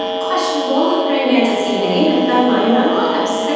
questionable praying-mantis dna i found lying around the labs, heh.